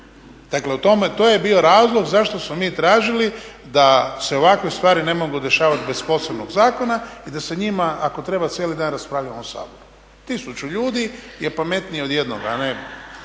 tome, to je bio razlog zašto smo mi tražili da se ovakve stvari ne mogu rješavati bez posebnog zakona i da se o njima, ako treba cijeli dan raspravlja u ovom Saboru. Tisuću ljudi je pametnije od jednoga, a ne,